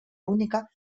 única